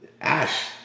Ash